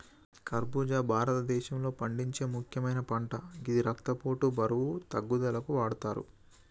ఖర్బుజా భారతదేశంలో పండించే ముక్యమైన పంట గిది రక్తపోటు, బరువు తగ్గుదలకు వాడతరు